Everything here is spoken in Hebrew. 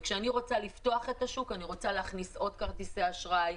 וכשאני רוצה לפתוח את השוק אני רוצה להכניס עוד כרטיסי אשראי,